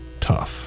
tough